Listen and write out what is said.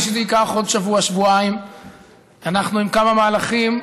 מה תעשה?